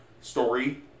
story